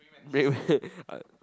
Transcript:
wait wait I